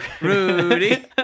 Rudy